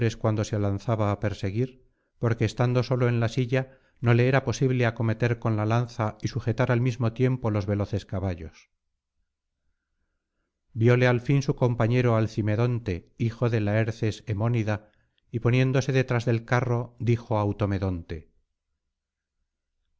cuando se lanzaba á perseguir porque estando solo en la silla no le era posible acometer con la lanza y sujetar al mismo tiempo los veloces caballos viole al fin su compañero alcimedonte hijo de laerces hemónida y poniéndose detrás del carro dijo